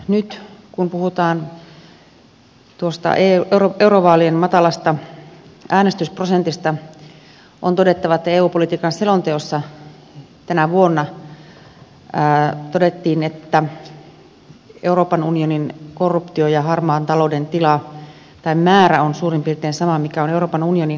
nyt kun puhutaan tuosta eurovaalien matalasta äänestysprosentista on todettava että eu politiikan selonteossa tänä vuonna todettiin että euroopan unionin korruption ja harmaan talouden määrä on suurin piirtein sama kuin mikä on euroopan unionin budjetti